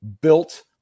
built